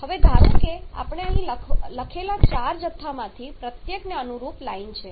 હવે ધારો કે આપણે અહીં લખેલા ચાર જથ્થામાંથી પ્રત્યેકને અનુરૂપ લાઇન છે